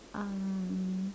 um